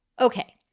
Okay